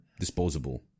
Disposable